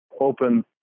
open